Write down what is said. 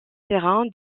terrain